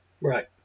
Right